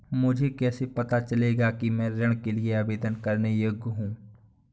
मुझे कैसे पता चलेगा कि मैं ऋण के लिए आवेदन करने के योग्य हूँ?